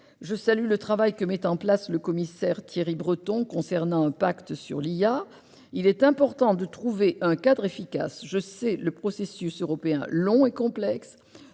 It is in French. je salue le travail mené par le commissaire Thierry Breton concernant un pacte sur l'intelligence artificielle. Il est important de trouver un cadre efficace. Je sais le processus européen long et complexe,